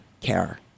care